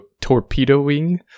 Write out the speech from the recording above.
torpedoing